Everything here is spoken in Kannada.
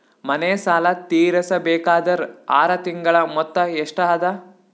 ಮನೆ ಸಾಲ ತೀರಸಬೇಕಾದರ್ ಆರ ತಿಂಗಳ ಮೊತ್ತ ಎಷ್ಟ ಅದ?